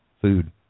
food